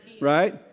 right